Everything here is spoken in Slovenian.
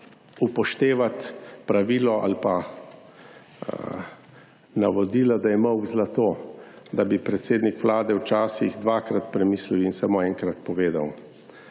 upoštevati pravilo ali pa navodila, da je molk zlato, da bi predsednik Vlade včasih dvakrat premislil in samo enkrat povedat.